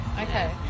Okay